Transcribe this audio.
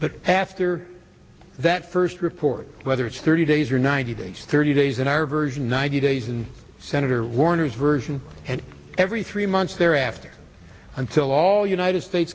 but after that first report whether it's thirty days or ninety days thirty days in our version ninety days in senator warner's version and every three months thereafter until all united states